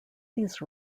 these